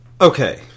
Okay